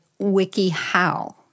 WikiHow